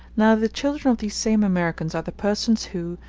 now the children of these same americans are the persons who,